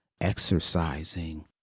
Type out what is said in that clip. exercising